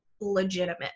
legitimate